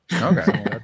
Okay